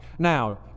Now